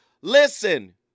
Listen